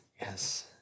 Yes